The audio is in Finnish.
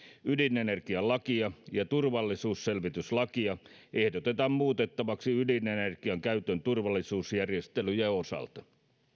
ydinenergialakia ja turvallisuusselvityslakia ehdotetaan muutettavaksi ydinenergian käytön turvallisuusjärjestelyjen osalta